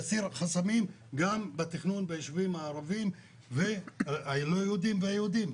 יסיר חסמים גם בתכנון בישובים הערבים והלא יהודיים והיהודיים.